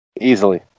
Easily